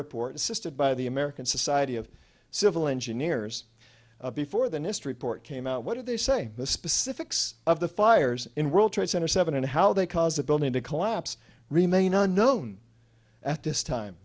report assisted by the american society of civil engineers before the nist report came out what did they say the specifics of the fires in world trade center seven and how they caused the building to collapse remain unknown at this time